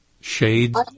shades